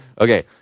Okay